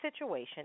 situation